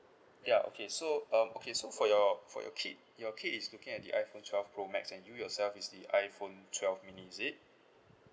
yeah okay so um okay so for your for your kid your kid is looking at the iphone twelve pro max and you yourself is the iphone twelve mini is it